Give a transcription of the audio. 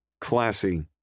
Classy